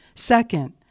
Second